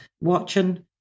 watching